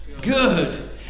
good